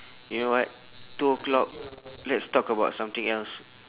you know what two o'clock let's talk about something else